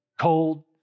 cold